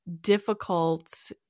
difficult